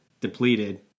depleted